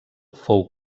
fou